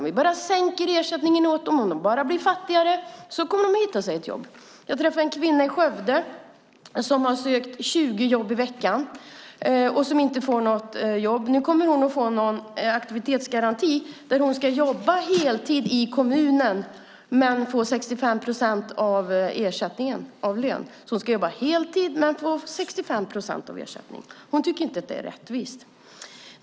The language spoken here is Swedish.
Om vi bara sänker ersättningen åt dem och om de bara blir fattigare kommer de att hitta ett jobb. Jag träffade en kvinna i Skövde som har sökt 20 jobb i veckan och som inte får något jobb. Nu kommer hon att få en aktivitetsgaranti där hon ska jobba heltid i kommunen men få en ersättning på 65 procent av lönen. Hon ska jobba heltid men få 65 procent i ersättning. Hon tycker inte att det är rättvist.